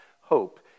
hope